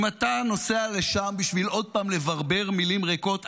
אם אתה נוסע לשם עוד פעם בשביל לברבר מילים ריקות,